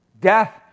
Death